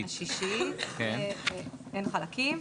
אין חלקים,